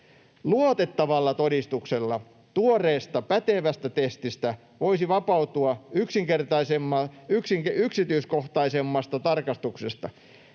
Luotettavalla todistuksella tuoreesta, pätevästä testistä voisi vapautua yksityiskohtaisemmasta tarkastuksesta.